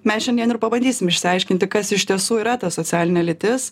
mes šiandien ir pabandysim išsiaiškinti kas iš tiesų yra ta socialinė lytis